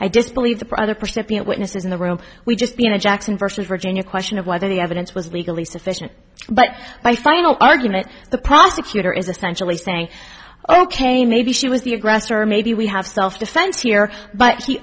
percipient witnesses in the room we just being a jackson versus virginia question of whether the evidence was legally sufficient but by final argument the prosecutor is essentially saying ok maybe she was the aggressor or maybe we have self defense here but he